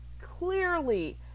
clearly